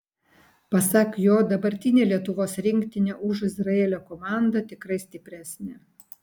pasak jo dabartinė lietuvos rinktinė už izraelio komandą tikrai stipresnė